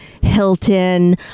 Hilton